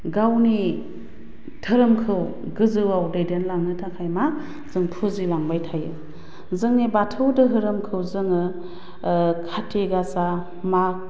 गावनि दोहोरोमखौ गोजौआव दैदेनलांनो थाखाय मा जों फुजिलांबाय थायो जोंनि बाथौ दोहोरोमखौ जोङो कार्तिक गासा माग